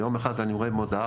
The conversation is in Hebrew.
יום אחד אני רואה מודעה,